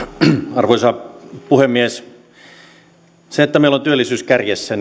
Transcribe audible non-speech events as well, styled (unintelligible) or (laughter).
arvoisa puhemies se että meillä on työllisyys kärjessä (unintelligible)